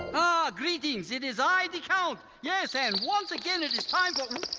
ah, greetings. it is i, the count. yes, and once again it is time